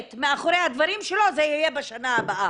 מאחוריה דברים שלו זה יהיה בשנה הבאה.